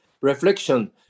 reflection